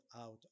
out